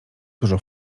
dużo